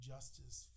Justice